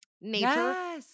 Nature